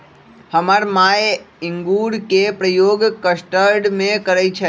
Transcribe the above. हमर माय इंगूर के प्रयोग कस्टर्ड में करइ छै